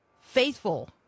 Faithful